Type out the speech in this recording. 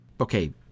okay